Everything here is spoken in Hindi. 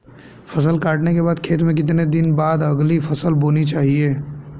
फसल काटने के बाद खेत में कितने दिन बाद अगली फसल बोनी चाहिये?